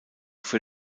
für